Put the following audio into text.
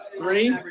Three